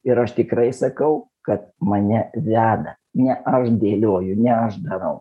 ir aš tikrai sakau kad mane veda ne aš dėlioju ne aš darau